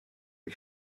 ich